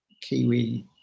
Kiwi